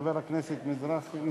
חמש דקות.